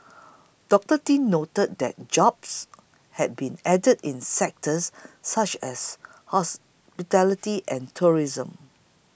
Doctor Tin noted that jobs had been added in sectors such as hospitality and tourism